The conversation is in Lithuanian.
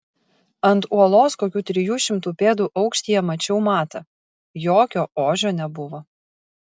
ant uolos kokių trijų šimtų pėdų aukštyje mačiau matą jokio ožio nebuvo